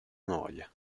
noia